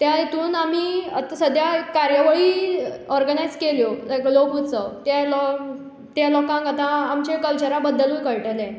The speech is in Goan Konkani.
त्या हातून आमी आतां सद्या कार्यावळी ऑर्गनायज केल्यो लायक लोकउत्सव त्या लो त्या लोकांक आतां आमच्या कल्चरा बद्दलूय कळटलें